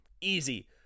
Easy